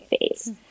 phase